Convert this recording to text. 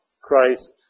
Christ